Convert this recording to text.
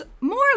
more